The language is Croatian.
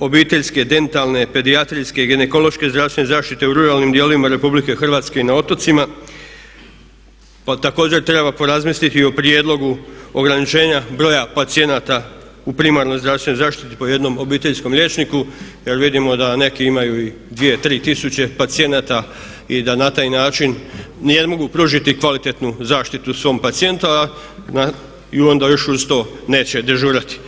obiteljske dentalne, pedijatrijske, ginekološke zdravstvene zaštite u ruralnim dijelovima Republike Hrvatske i na otocima, pa također treba porazmisliti i o prijedlogu ograničenja broja pacijenata u primarnoj zdravstvenoj zaštititi po jednom obiteljskom liječniku, jer vidimo da neki imaju i dvije, tri tisuće pacijenata i da na taj način ne mogu pružiti kvalitetnu zaštitu svom pacijentu, a onda i još uz to neće dežurati.